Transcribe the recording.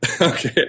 Okay